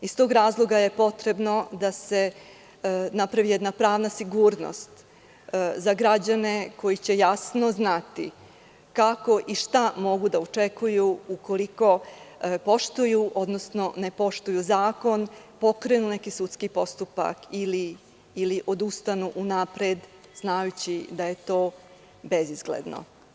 Iz tog razloga je potrebno da se napravi jedna pravna sigurnost za građane koji će jasno znati kako i šta mogu da očekuju ukoliko poštuju, odnosno ne poštuju zakon, pokrenu neki sudski postupak ili odustanu unapred znajući da je to bezizgledno.